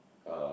uh